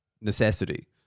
necessity